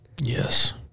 Yes